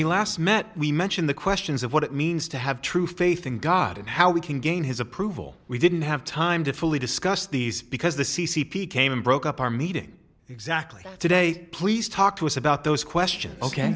we last met we mentioned the questions of what it means to have true faith in god and how we can gain his approval we didn't have time to fully discuss these because the c c p came and broke up our meeting exactly today please talk to us about those questions ok